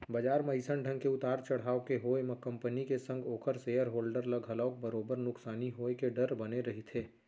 बजार म अइसन ढंग के उतार चड़हाव के होय म कंपनी के संग ओखर सेयर होल्डर ल घलोक बरोबर नुकसानी होय के डर बने रहिथे